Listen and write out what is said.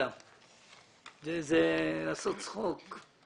זה לעשות צחוק.